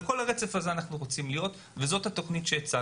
אנחנו רוצים להיות על כל הרצף הזה וזו התוכנית שהצגנו.